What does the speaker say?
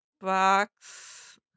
Box